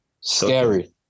Scary